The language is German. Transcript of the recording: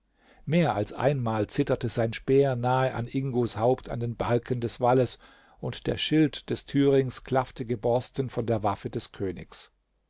mehr als einmal zitterte sein speer nahe an ingos haupt in den balken des walles und der schild des thürings klaffte geborsten von der waffe des königs